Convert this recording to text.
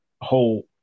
whole